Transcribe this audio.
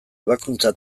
ebakuntza